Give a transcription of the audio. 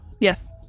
Yes